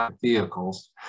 vehicles